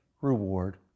reward